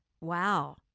Wow